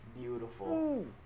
Beautiful